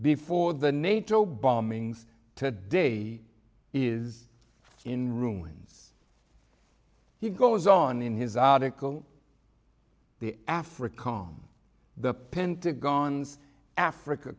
before the nato bombings today is in rooms he goes on in his article the afrikan the pentagon's africa